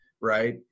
right